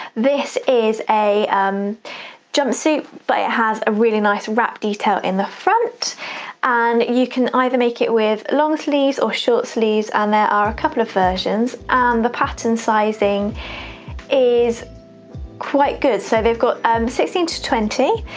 this is a um jumpsuit but it has a really nice wrap detail in the front and you can either make it with long sleeves or short sleeves, and there are a couple of versions. and the pattern sizing is quite good, so they've got sixteen to twenty,